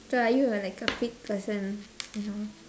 so are you uh like a fit person you know